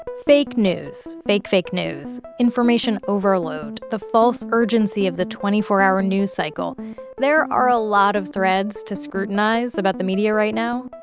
fake news, fake fake news, information overload, the false urgency of the twenty four hour news cycle there are a lot of threads to scrutinize about the media right now.